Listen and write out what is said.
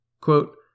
Quote